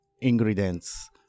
ingredients